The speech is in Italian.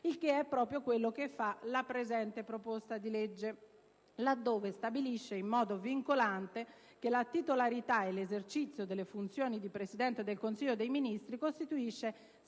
il che è proprio quello che fa la presente proposta di legge laddove stabilisce in modo vincolante che la titolarità e l'esercizio delle funzioni di Presidente del Consiglio dei ministri costituiscono sempre